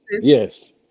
Yes